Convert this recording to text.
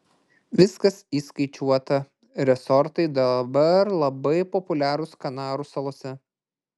viskas įskaičiuota resortai dabar labai populiarūs kanarų salose